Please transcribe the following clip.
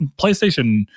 PlayStation